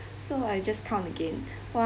so I just count again